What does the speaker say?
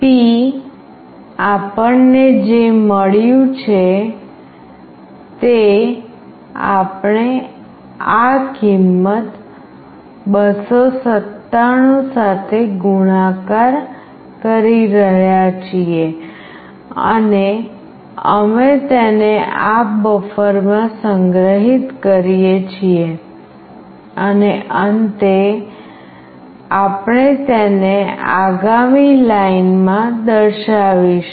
p આપણને જે મળ્યું છે તે આપણે આ કિંમત 297 સાથે ગુણાકાર કરી રહ્યા છીએ અને અમે તેને આ બફરમાં સંગ્રહિત કરીએ છીએ અને અંતે આપણે તેને આગામી લાઇનમાં દર્શાવીશું